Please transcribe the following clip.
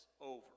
over